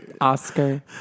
Oscar